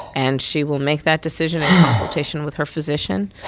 and she will make that decision in consultation with her physician,